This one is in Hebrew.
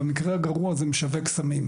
ובמקרה הגרוע זה משנה סמים,